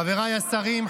חבריי השרים,